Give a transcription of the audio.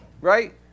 Right